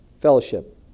fellowship